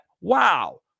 wow